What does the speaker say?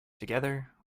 together